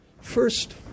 First